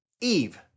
Eve